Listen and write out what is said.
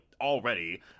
already